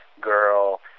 girl